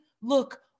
look